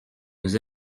nous